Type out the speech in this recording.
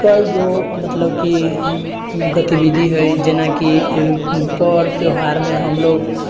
कै गो मतलब कि गतिविधि हइ जेनाकि पर्व त्योहारमे हम लोक